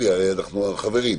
אלי, אנחנו חברים.